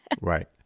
Right